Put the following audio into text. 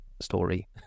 story